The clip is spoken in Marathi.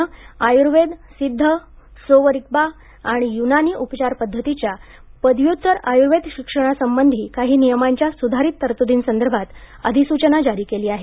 नं आयुर्वेद सिद्ध सोव रिग्पा आणि युनानी उपचार पद्धतीच्या पदव्युत्तर आयुर्वेद शिक्षणासंबंधी काही नियमांच्या सुधारित तरतुदींसंदर्भात अधिसूचना जारी केली आहे